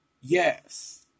yes